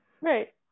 Right